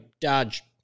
dodge